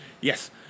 Yes